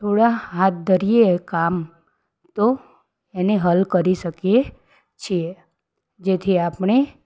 થોડા હાથ ધરીએ કામ તો એણે હલ કરી શકીએ છીએ જેથી આપણે